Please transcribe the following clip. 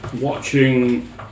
watching